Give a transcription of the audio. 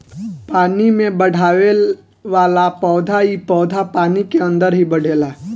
पानी में बढ़ेवाला पौधा इ पौधा पानी के अंदर ही बढ़ेला